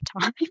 time